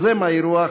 את יוזם האירוע,